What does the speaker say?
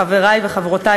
חברי וחברותי,